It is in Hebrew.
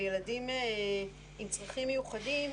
על ילדים עם צרכים מיוחדים,